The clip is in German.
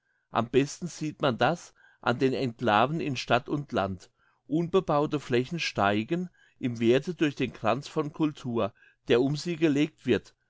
am besten sieht man das an den enclaven in stadt und land unbebaute flächen steigen im werthe durch den kranz von cultur der um sie gelegt wird